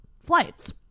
flights